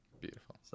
Beautiful